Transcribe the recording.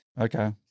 Okay